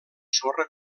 sorra